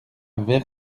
ver